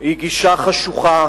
היא גישה חשוכה